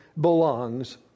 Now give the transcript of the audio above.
belongs